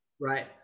right